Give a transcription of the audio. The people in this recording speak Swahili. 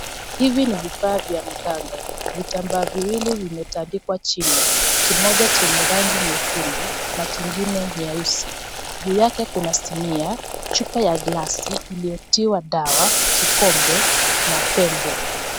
Hivi ni vifaa vya mganga, vitambaa viwili vimetandikwa chini, kimoja chenye rangi nyekundu na kingine nyeusi. Juu yake kuna sinia iliyotiwa dawa, kikombe na pembe.